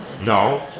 No